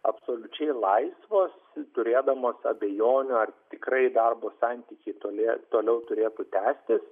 absoliučiai laisvos turėdamos abejonių ar tikrai darbo santykiai toli toliau turėtų tęstis